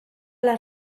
les